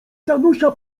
danusia